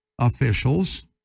officials